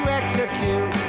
execute